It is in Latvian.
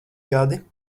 gadi